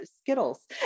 Skittles